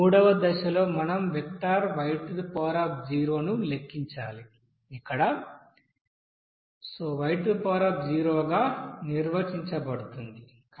3 వ దశలో మనం వెక్టర్ y ని లెక్కించాలి ఇక్కడ y గా నిర్వచించబడుతుంది